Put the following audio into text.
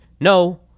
no